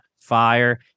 fire